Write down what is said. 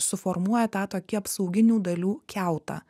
suformuoja tą tokį apsauginių dalių kiautą